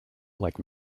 like